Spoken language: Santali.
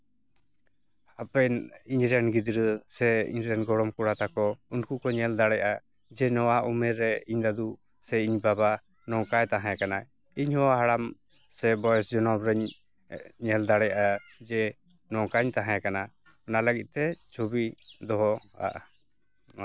ᱦᱟᱯᱮᱱ ᱤᱧ ᱨᱮᱱ ᱜᱤᱫᱽᱨᱟᱹ ᱥᱮ ᱤᱧ ᱨᱮᱱ ᱜᱚᱲᱚᱢ ᱠᱚᱲᱟ ᱛᱟᱠᱚ ᱩᱱᱠᱩ ᱠᱚ ᱧᱮᱞ ᱫᱟᱲᱮᱭᱟᱜᱼᱟ ᱡᱮ ᱱᱚᱣᱟ ᱩᱢᱮᱨ ᱨᱮ ᱤᱧ ᱫᱟᱹᱫᱩ ᱥᱮ ᱤᱧ ᱵᱟᱵᱟ ᱱᱚᱝᱠᱟᱭ ᱛᱟᱦᱮᱸᱠᱟᱱᱟ ᱤᱧ ᱦᱚᱸ ᱦᱟᱲᱟᱢ ᱥᱮ ᱵᱚᱭᱮᱥ ᱡᱚᱱᱚᱢ ᱨᱤᱧ ᱧᱮᱞ ᱫᱟᱲᱮᱭᱟᱜᱼᱟ ᱡᱮ ᱱᱚᱝᱠᱟᱧ ᱛᱟᱦᱮᱸᱠᱟᱱᱟ ᱚᱱᱟ ᱞᱟᱹᱜᱤᱫᱛᱮ ᱪᱷᱚᱵᱤ ᱫᱚᱦᱚᱣᱟᱜᱼᱟ ᱚᱱᱟ